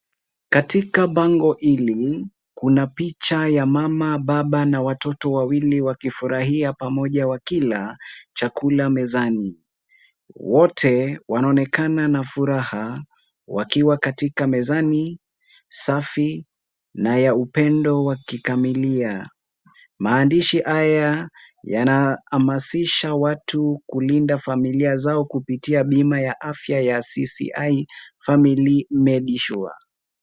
Katika bango hili kuna picha ya mama, baba na watoto wawili wakifurahia pamoja wakila chakula mezani ,wote wanaonekana na furaha wakiwa katika mezani safi na ya upendo wa kikamilia .Maandishi haya yanahamazisha watu kulinda familia zao kupitia bima ya CCI Family Medsure .